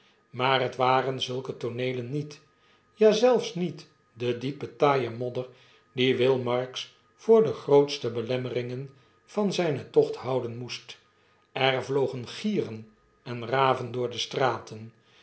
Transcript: maar het waren zulke tooneelen niet ja zelfs niet den diepen taaien modder die will marks voor de grootste bele mmeringen van zjjnen tocht houden moest er ylogengieren en raven door de straten